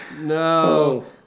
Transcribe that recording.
No